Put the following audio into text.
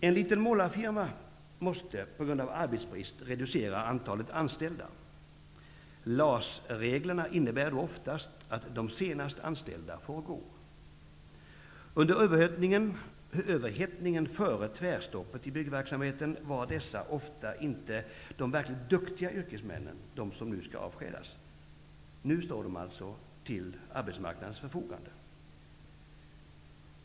En liten målarfirma måste på grund av arbetsbrist reducera antalet anställda. LAS-reglerna innebär då oftast att de senast anställda får gå. Under överhettningen före tvärstoppet i byggverksamheten var de som skulle avskedas ofta inte de verkligt duktiga yrkesmännen. Nu står de alltså till arbetsmarknadens förfogande.